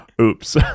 oops